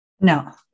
No